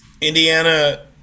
Indiana